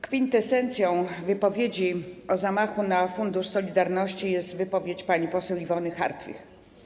Kwintesencją wypowiedzi o zamachu na fundusz solidarności jest wypowiedź pani poseł Iwony Hartwich.